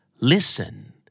listen